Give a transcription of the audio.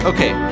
Okay